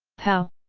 pow!